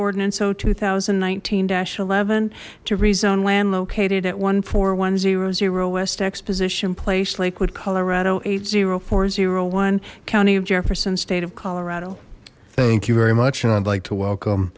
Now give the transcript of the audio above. ordinance o two thousand and nineteen eleven to rezone land located at one four one zero zero west exposition place lakewood colorado eight zero four zero one county of jefferson state of colorado thank you very much and i'd like to welcome